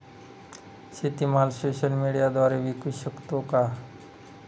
शेतीमाल सोशल मीडियाद्वारे विकू शकतो का?